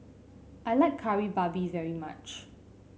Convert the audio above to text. I like Kari Babi very much